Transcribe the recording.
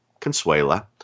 Consuela